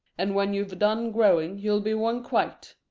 and when you've done growing you'll be one quite.